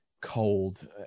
cold